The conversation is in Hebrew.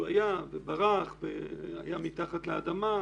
הוא היה וברח והיה מתחת לאדמה,